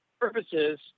purposes